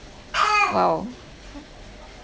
!wow!